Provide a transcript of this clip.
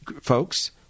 folks